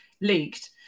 leaked